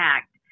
Act